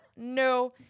No